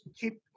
keep